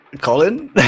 Colin